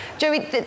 Joey